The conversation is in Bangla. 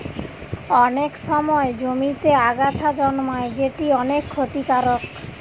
অনেক সময় জমিতে আগাছা জন্মায় যেটি অনেক ক্ষতিকারক